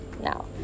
Now